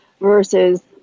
versus